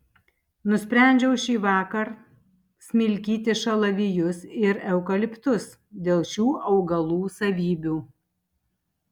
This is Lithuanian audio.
nusprendžiau šįvakar smilkyti šalavijus ir eukaliptus dėl šių augalų savybių